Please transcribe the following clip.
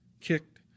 kicked